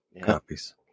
copies